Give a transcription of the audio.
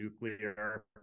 nuclear